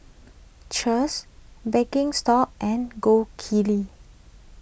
Cheers Birkenstock and Gold Kili